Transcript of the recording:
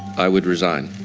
i would resign.